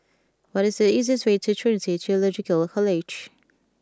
what is the easiest way to Trinity Theological College